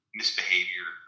misbehavior